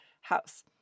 house